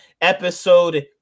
episode